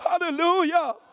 hallelujah